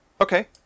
Okay